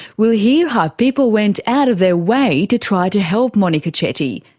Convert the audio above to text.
we'll hear how people went out of their way to try to help monika chetty,